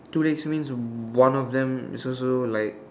two legs means one of them is also like